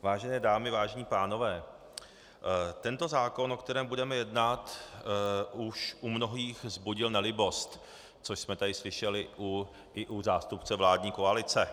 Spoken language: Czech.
Vážené dámy, vážení pánové, tento zákon, o kterém budeme jednat, u mnohých už vzbudil nelibost, což jsme tady slyšeli, i u zástupce vládní koalice.